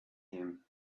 him